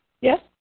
Yes